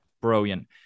brilliant